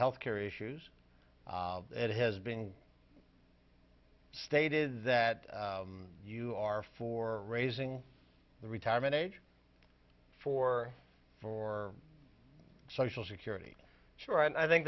health care issues it has been stated that you are for raising the retirement age four for social security sure and i think